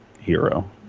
hero